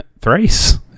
Thrice